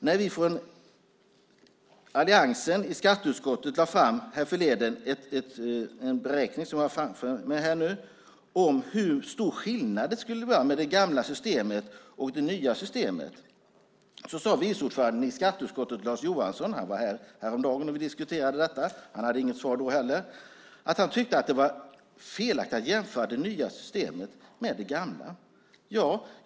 Härförleden lade alliansen i skatteutskottet fram en beräkning, som jag har framför mig, om hur stor skillnad det var mellan det gamla systemet och det nya. Vice ordföranden i skatteutskottet Lars Johansson sade att han tyckte att det var fel att jämföra det nya systemet med det gamla. Han var här häromdagen och diskuterade detta. Han hade inget svar då heller. Herr talman!